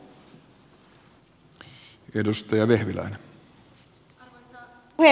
arvoisa puhemies